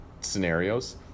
scenarios